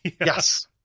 Yes